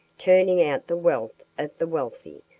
turning out the wealth of the wealthy,